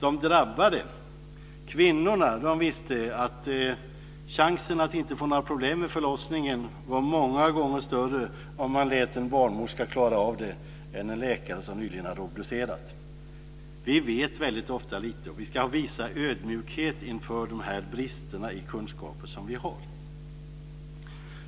de drabbade - kvinnorna - visste att chansen att inte få några problem vid förlossningen var många gånger större om man lät en barnmorska klara av det i stället för en läkare som nyligen hade obducerat. Vi vet väldigt ofta lite, och vi ska visa ödmjukhet inför dessa brister i kunskap som vi har.